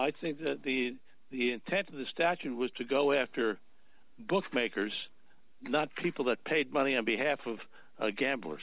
i think that the the intent of the statute was to go after bookmakers not people that paid money on behalf of the gambler